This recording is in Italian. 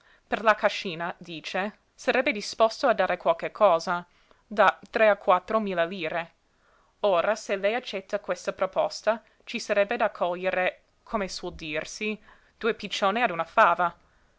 per la cascina dice sarebbe disposto a dare qualche cosa da tre a quattro mila lire ora se lei accetta questa proposta ci sarebbe da cogliere come suol dirsi due piccioni a una fava